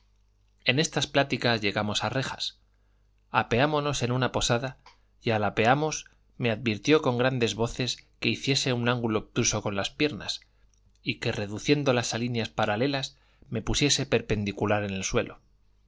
en estas pláticas llegamos a rejas apeámonos en una posada y al apearnos me advirtió con grandes voces que hiciese un ángulo obtuso con las piernas y que reduciéndolas a líneas paralelas me pusiese perpendicular en el suelo